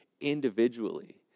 individually